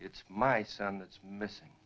it's my son that's missing